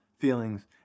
feelings